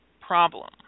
problem